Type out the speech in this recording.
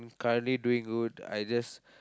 currently doing good I just